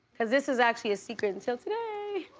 cause this is actually a secret until today.